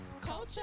Culture